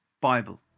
Bible